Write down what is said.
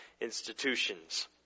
institutions